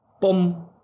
boom